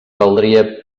caldria